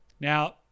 now